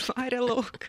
išvarė lauk